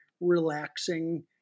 relaxing